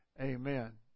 amen